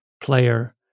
player